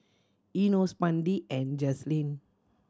Enos Mandi and Jazlene